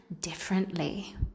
differently